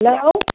hello